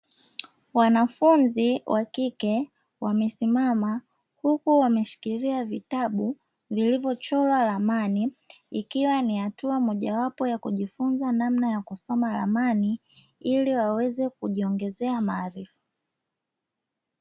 Wanafunzi wa kike wamesimama, huku wameshikilia vitabu vilivyochorwa ramani ikiwa ni hatua moja wapo wa kujifunza namna ya kusoma ramani ili waweze kujiongezea maarifa.